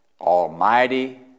almighty